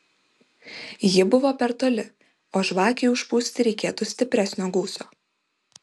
ji buvo per toli o žvakei užpūsti reikėtų stipresnio gūsio